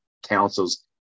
councils